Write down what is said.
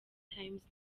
times